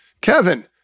Kevin